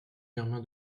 germain